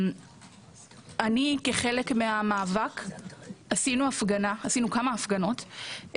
כחלק מהמאבק עשינו כמה הפגנות,